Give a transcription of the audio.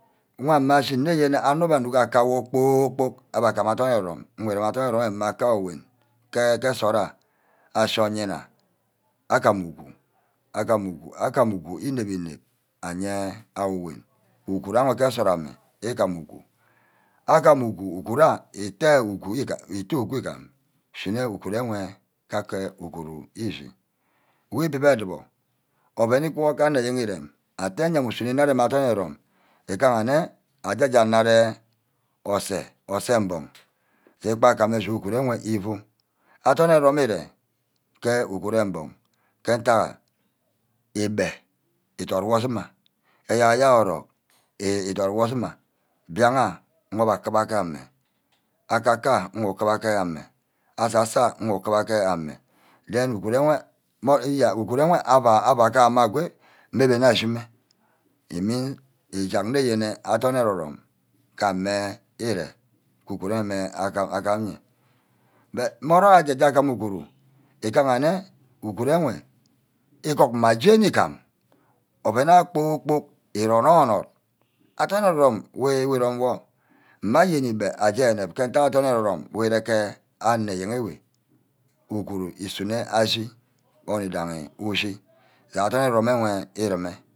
Wan mme ashine yene anor-mbe anuk aka wor kpor-kpork abbe agama adorn ero-rome ngu rem adorn ero-rome ayo. mme atte wam ke nsort ayo ashi oyinna agam uguru. agam uguru ínep-ínep aye awem. uguru awe ke nsort ame igam ugo. agam ugo uguru atte ugo igam íshineh. uguru enwe ka-ke uguru eshi. wubib adubor oven iqiuo ke anor ayen írem atteh nne ame usnor ínard adorn erome-rome îgaha nne aje-ja anard orse. orse mbug. je-kpagame je uguru enwe ifu. adorn eror-rome ir̄e ke uguru embug. ke ntai egbe idot wor sima. eyerk eyerk orock idot woh sima. bìagha nga egbe akiba ke ameh. akaka your ngu kuba ke ameh. asasa your ngu kuba ke ameh. den uguru enwe. eyeah uguru enwe ava. ava gume ago mme bene ashime. ē mean. íjagne yene adorn ere-rome ka ame ire ke uguru wor agam iye. mmerock ho ajaj-e aguma uguru. igaha nne. uguru enwe ugug mma j́eni îgam oven ayo kpor-kpork ere ornod-nod adorn erer-rome wi erome wor mme ayeni igbe aje eneb ke-ntagha adorn eror-rome uwe irek-ke anor enye ewe. uguru isunor ashí onor idaghi ushi je adorn ero-rome wor erome